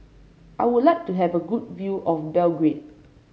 I would like to have a good view of Belgrade